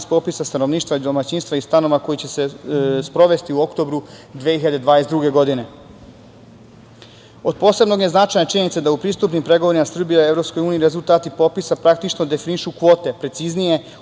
iz popisa stanovništva i domaćinstva i stanova koji će se sprovesti u oktobru 2022. godine. Od posebnog je značaja činjenica da u pristupnim pregovorima Srbije i EU rezultati popisa praktično definišu kvote, preciznije